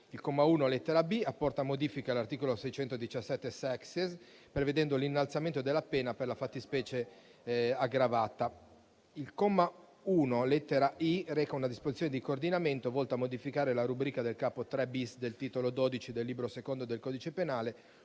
Il comma 1, lettera *b)*, apporta modifiche all'articolo 617-*sexies*, prevedendo l'innalzamento della pena per la fattispecie aggravata. Il comma 1, lettera *i)*, reca una disposizione di coordinamento volta a modificare la rubrica del capo III-*bis* del titolo XII del libro secondo del codice penale,